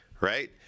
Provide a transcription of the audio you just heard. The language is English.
right